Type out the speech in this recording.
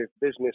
business